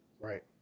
Right